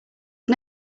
was